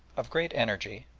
of great energy,